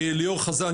ליאור חזן,